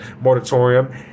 moratorium